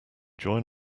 join